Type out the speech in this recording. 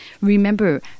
remember